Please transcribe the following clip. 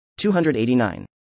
289